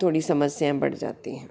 थोड़ी समस्याएं बढ़ जाती हैं